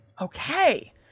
Okay